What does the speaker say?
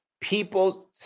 People